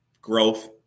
growth